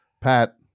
Pat